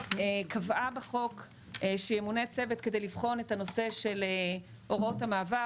קבעה בחוק שימונה צוות כדי לבחון את הנושא של הוראות המעבר,